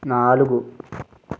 నాలుగు